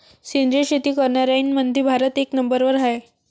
सेंद्रिय शेती करनाऱ्याईमंधी भारत एक नंबरवर हाय